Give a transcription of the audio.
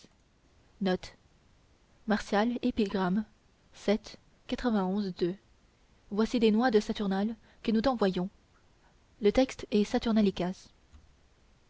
voici des noix de saturnales que nous t'envoyons le texte est saturnalicias